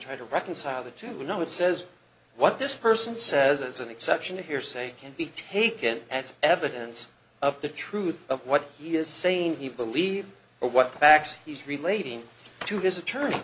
trying to reconcile the two no it says what this person says as an exception to hearsay can be taken as evidence of the truth of what he is saying he believes what the facts he's relating to his attorney